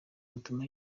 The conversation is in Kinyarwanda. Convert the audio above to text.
butuma